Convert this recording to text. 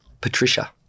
Patricia